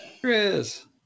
Chris